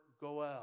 Goel